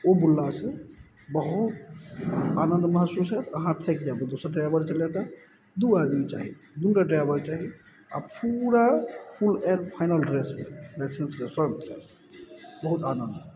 ओ बुललासँ बहुत आनन्द महसूस होयत अहाँ थाकि जायब तऽ दोसर ड्राइवरके लए कए दू आदमी चाहय छै दूटा ड्राइवर चाही आओर पूरा फुल एण्ड फाइनल ड्रेसमे लाइसेंसके सब किछु बहुत आनन्द आयत